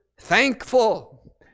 thankful